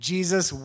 Jesus